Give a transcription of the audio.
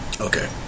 Okay